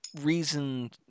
reason